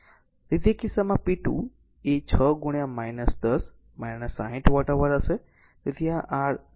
તેથી તે કિસ્સામાં p2 એ 6 10 60 વોટ પાવર હશે